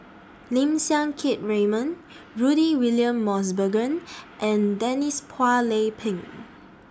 Lim Siang Keat Raymond Rudy William Mosbergen and Denise Phua Lay Peng